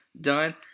done